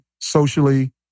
socially